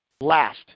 Last